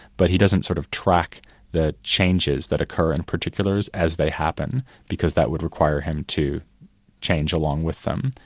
but he doesn't sort of track the changes that occur in particulars as they happen, because that would require him to change along with them,